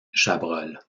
chabrol